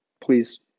Please